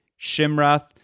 Shimrath